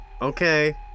okay